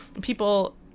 people